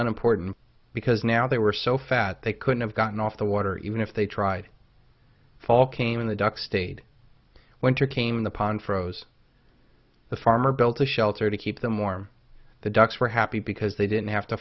an important because now they were so fat they couldn't have gotten off the water even if they tried fall came in the duck stayed when you came in the pond froze the farmer built a shelter to keep them warm the ducks were happy because they didn't have to